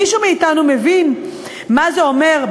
מישהו מאתנו מבין מה זה אומר,